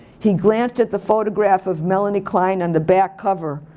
he glanced at the photograph of melanie klein on the back cover.